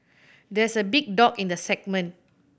there is a big dog in the segment